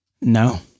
No